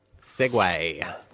Segway